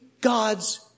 God's